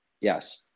Yes